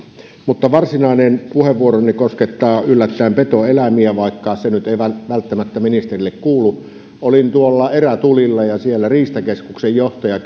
mutta varsinainen puheenvuoroni koskettaa yllättäen petoeläimiä vaikka se nyt ei välttämättä ministerille kuulu olin erätulilla ja siellä riistakeskuksen johtaja